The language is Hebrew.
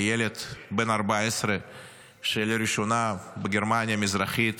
לילד בן 14 שנחשף לראשונה בגרמניה המזרחית